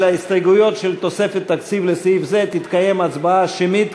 על ההסתייגויות של תוספת תקציב לסעיף זה תתקיים הצבעה שמית,